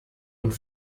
und